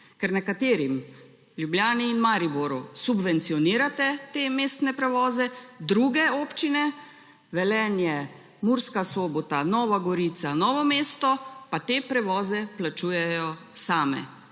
ker nekaterim – Ljubljani in Mariboru – subvencionirate te mestne prevoze, druge občine – Velenje, Murska Sobota, Nova Gorica, Novo mesto – pa te prevoze plačujejo same.